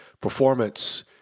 performance